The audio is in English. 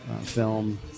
film